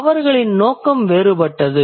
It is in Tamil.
அவர்களின் நோக்கம் வேறுபட்டது